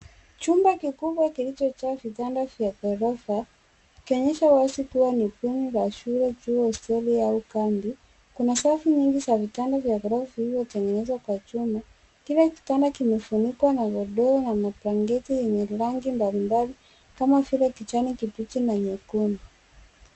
Chumba kikubwa kilichojaa vitanda vya ghorofa ikionyesha wazi kuwa ni bweni la shule, chuo, hosteli au kambi. Kuna safu nyingi za vitanda vya ghorofa vilivyotengenezwa kwa chuma. Kila kitanda kimefunikwa na godoro na mablanketi yenye rangi mbalimbali kama vile kijani kibichi na nyekundu.